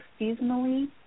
seasonally